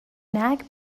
nag